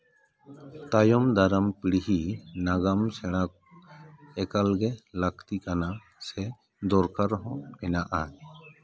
ᱛᱟᱭᱚᱢ ᱫᱟᱨᱟᱢ ᱯᱤᱲᱦᱤ ᱱᱟᱜᱟᱢ ᱥᱮᱬᱟ ᱮᱠᱟᱞ ᱜᱮ ᱞᱟᱹᱠᱛᱤ ᱠᱟᱱᱟ ᱥᱮ ᱫᱚᱨᱠᱟᱨ ᱦᱚᱸ ᱦᱮᱱᱟᱜᱼᱟ